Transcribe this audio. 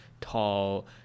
tall